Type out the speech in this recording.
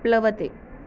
प्लवते